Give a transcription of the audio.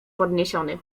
podniesiony